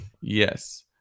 yes